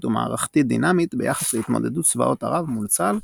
ומערכתית דינמית ביחס להתמודדות צבאות ערב מול צה"ל,